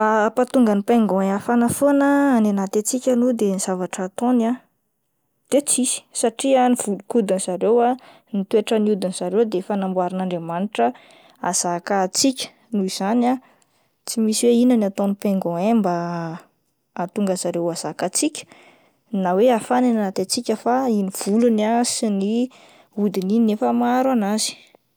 Ampahatonga ny pingouin hafana foana any anaty hatsika aloha de ny zavatra hataony ah de tsisy satria ah ny volo-kodin'ny zareo, ny toetran'ny hodin'ny zareo de efa namboarin'Andriamanitra ahazaka hatsika noho izany tsy misy hoe inona no ataon'ny pingouin mba ahatonga an'ny zareo ahazaka hatsiaka na hoe hafana any anaty hatsika fa iny volony ah sy ny hodiny iny efa maharo an'azy.